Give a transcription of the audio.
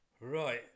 right